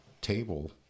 table